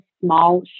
small